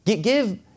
Give